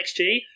XG